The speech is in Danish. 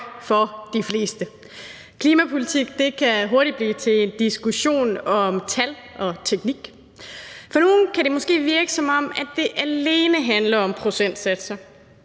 for de fleste. Klimapolitik kan hurtigt blive til en diskussion om tal og teknik. For nogle kan det måske virke, som om det alene handler om procentsatser,